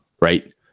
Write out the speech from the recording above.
right